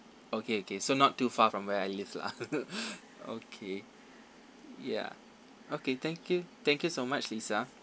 okay okay so not too far from where I live lah okay ya okay thank you thank you so much lisa